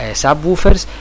subwoofers